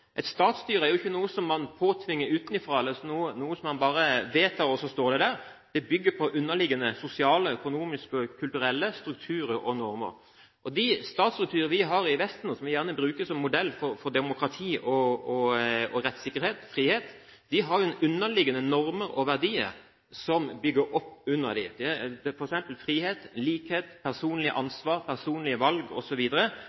Et statsstyre er jo ikke noe man påtvinger utenfra, eller som man bare vedtar, og så står det der, det bygger på underliggende sosiale, økonomiske og kulturelle strukturer og normer. De statsstrukturer vi har i Vesten, som vi gjerne bruker som modell for demokrati, rettssikkerhet og frihet, har underliggende normer og verdier. For eksempel frihet, likhet, personlig ansvar, personlige valg osv. er verdier som bygger opp under